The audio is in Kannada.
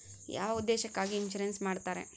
ಯಾವ ಉದ್ದೇಶಕ್ಕಾಗಿ ಇನ್ಸುರೆನ್ಸ್ ಮಾಡ್ತಾರೆ?